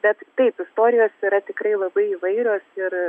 bet taip istorijos yra tikrai labai įvairios ir